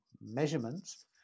measurements